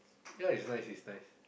ya it's nice it's nice